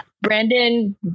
Brandon